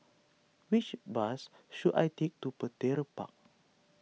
which bus should I take to Petir Park